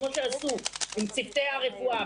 כמו שעשו עם צוותי הרפואה,